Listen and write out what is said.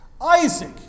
Isaac